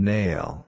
Nail